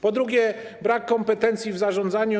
Po drugie, brak kompetencji w zarządzaniu.